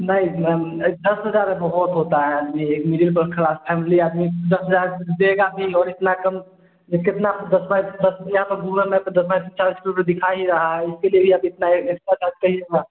नहीं मैम यह दस हज़ार बहुत बहुत होता है मैं एक मिडिल क्लास फैमली आदमी दस हज़ार देगा कोई और इतना कम जो कितना दस ज दस जगह पर घूमेंगे तो जितना चार्ज वह तो दिखा ही रहा है इसी लिए यह इतना यह एक्स्ट्रा चार्ज करिएगा